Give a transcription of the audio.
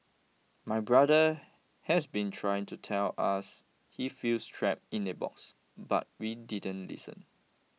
my brother has been trying to tell us he feels trapped in a box but we didn't listen